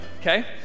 okay